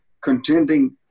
contending